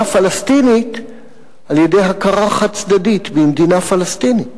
פלסטינית על-ידי הכרה חד-צדדית במדינה פלסטינית.